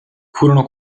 furono